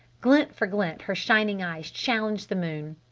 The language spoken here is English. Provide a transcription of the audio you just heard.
glint for glint her shining eyes challenged the moon.